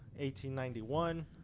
1891